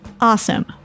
awesome